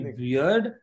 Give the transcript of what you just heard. weird